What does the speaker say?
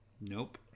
Nope